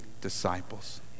disciples